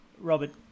Robert